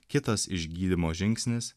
kitas išgydymo žingsnis